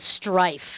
strife